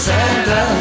Santa